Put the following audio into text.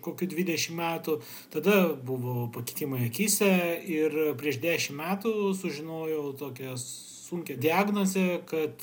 kokių dvidešim metų tada buvo pakitimai akyse ir prieš dešim metų sužinojau tokią sunkią diagnozę kad